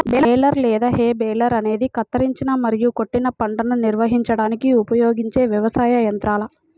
baler లేదా hay baler అనేది కత్తిరించిన మరియు కొట్టిన పంటను నిర్వహించడానికి ఉపయోగించే వ్యవసాయ యంత్రాల